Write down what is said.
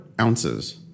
ounces